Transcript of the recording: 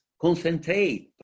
concentrate